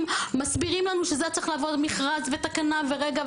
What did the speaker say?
מסבירים לנו שהיה צריך לעבור מכרז ותקנה ורגע,